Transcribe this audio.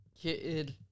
kid